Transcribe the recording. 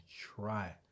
try